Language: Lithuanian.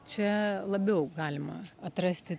čia labiau galima atrasti